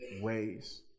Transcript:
ways